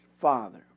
Father